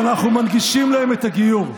אני מזדהה כרופא, שאנחנו מנגישים להם את הגיור.